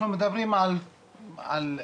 אנחנו מדברים על תופעה,